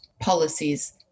policies